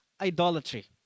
idolatry